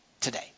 today